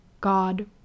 God